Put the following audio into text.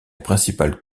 principale